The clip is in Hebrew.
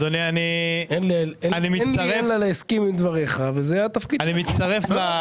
אין לי אלא להסכים עם דבריך וזה התפקיד שלנו.